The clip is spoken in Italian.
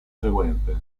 seguente